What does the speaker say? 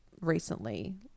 recently